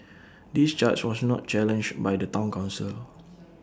this charge was not challenged by the Town Council